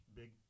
big